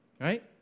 Right